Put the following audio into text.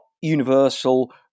universal